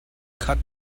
khat